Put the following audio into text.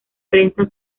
prensa